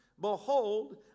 Behold